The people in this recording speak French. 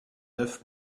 oeuf